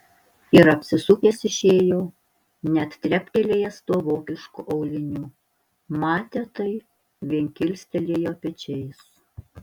ir apsisukęs išėjo net treptelėjęs tuo vokišku auliniu matę tai vien kilstelėjo pečiais